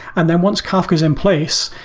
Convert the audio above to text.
and then once kafka is in place,